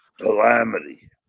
calamity